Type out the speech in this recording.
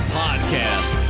podcast